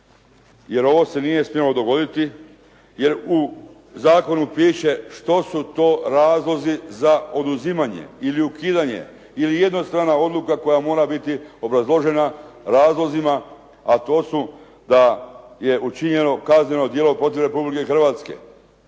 jer ovo se nije smjelo dogoditi. Jer, u zakonu piše što su to razlozi za oduzimanjem ili ukidanje, ili jednostavna odluka koja mora biti obrazložena razlozima a to su da je učinjeno kazneno djelo protiv Republike Hrvatske,